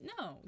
no